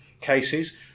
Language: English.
cases